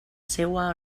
seua